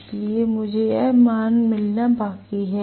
इसलिए मुझे यह मान मिलना बाकी है